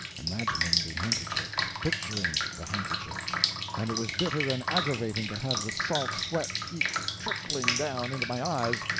imagining the handkerchief, picturing the handkerchief and it was bitter and aggravating to have the salt sweat keep trickling down into my eyes,